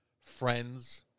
friends